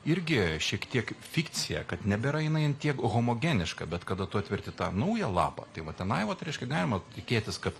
irgi šiek tiek fikcija kad nebėra jinai ant tiek homogeniška bet kada tu atverti tą naują lapą tai va tenai vat reiškia galima tikėtis kad